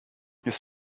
his